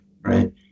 right